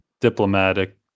diplomatic